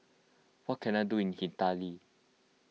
what can I do in Haiti